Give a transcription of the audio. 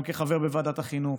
גם בחבר בוועדת החינוך,